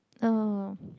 oh